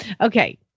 Okay